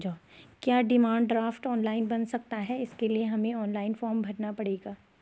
क्या demand draft online बन सकता है इसके लिए हमें ऑनलाइन फॉर्म भरना पड़ेगा?